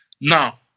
Now